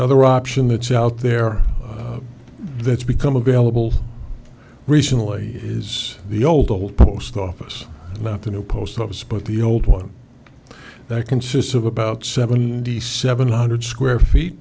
other option that's out there that's become available recently is the old old post office not the new post office but the old one that consists of about seventy seven hundred square feet